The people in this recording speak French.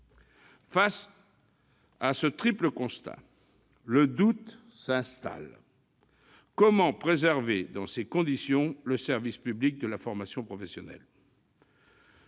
Face à ce triple constat, le doute s'installe. Comment, dans ces conditions, préserver le service public de la formation professionnelle ?